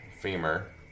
femur